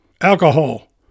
Alcohol